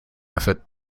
effort